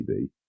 TV